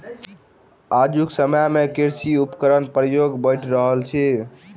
आजुक समय मे कृषि उपकरणक प्रयोग बढ़ि रहल अछि